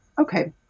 Okay